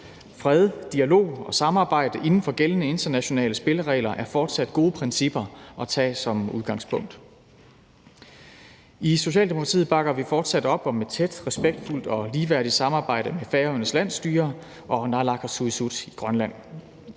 Fred, dialog og samarbejde inden for gældende internationale spilleregler er fortsat gode principper at tage som udgangspunkt. I Socialdemokratiet bakker vi fortsat op om et tæt, respektfuldt og ligeværdigt samarbejde med Færøernes landsstyre og naalakkersuisut i Grønland.